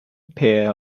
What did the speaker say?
pair